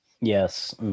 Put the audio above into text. yes